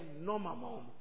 normal